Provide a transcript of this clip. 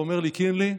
והוא אומר לי: קינלי,